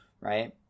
right